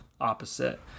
opposite